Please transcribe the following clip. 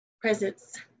presence